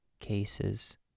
cases